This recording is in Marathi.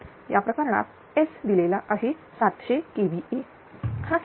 पण या प्रकरणात S दिलेला आहे 700kVA हा 700 kVA